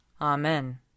Amen